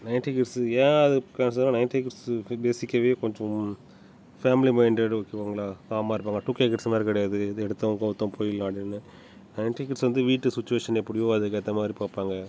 ninety கிட்ஸுக்கு ஏன் அதுக்காசம் நையன்ட்டி கிட்ஸ் பேஸிக்காகவே கொஞ்சம் ஃபேமிலி மைண்டடு இருக்கிறவங்களா பாவமாக இருப்பாங்க டூ கே கிட்ஸ்ல்லாம் அது மாதிரி கிடையாது எது எடுத்தோம் கவுத்தோம் போயிடலாம் அப்படின்னு நையன்ட்டி கிட்ஸ் வந்து வீட்டு சுச்சுவேஷன் எப்படியோ அதுக்கேற்ற மாதிரி பார்ப்பாங்க